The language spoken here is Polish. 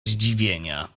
zdziwienia